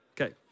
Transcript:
Okay